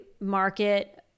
market